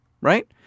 right